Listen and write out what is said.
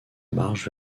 marche